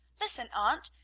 listen, aunt,